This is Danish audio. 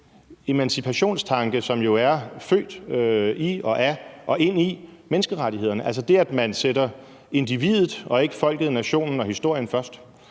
emancipationstanke, som jo er født i og af og ind i menneskerettighederne, altså det, at man sætter individet og ikke folket, nationen og historien først.